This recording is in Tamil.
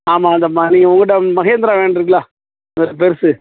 ஆமாம் அந்த உங்கக்கிட்டே மஹேந்திரா வேன் இருக்குதுல்ல பெருசு